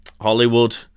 Hollywood